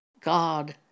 God